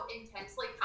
intensely